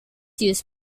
use